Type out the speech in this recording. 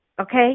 okay